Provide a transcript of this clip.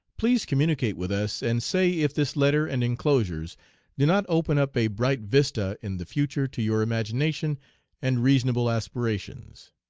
please communicate with us and say if this letter and inclosures do not open up a bright vista in the future to your imagination and reasonable aspirations?